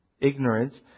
ignorance